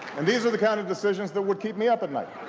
and these are the kind of decisions that would keep me up at night.